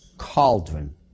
cauldron